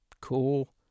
Cool